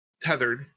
tethered